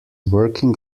working